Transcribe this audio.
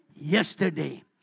Yesterday